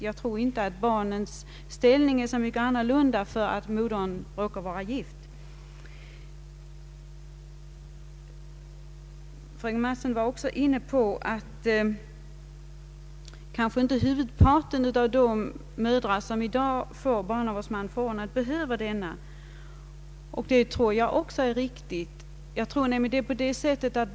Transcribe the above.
Jag tror inte att barnens ställning är så mycket annorlunda, om modern råkar vara gift. Fröken Mattson nämnde även att huvudparten av de mödrar, som i dag får barnavårdsman förordnad, kanske inte behöver sådan. Det tror jag är ett riktigt påstående.